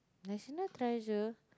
national treasure